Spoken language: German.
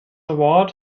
award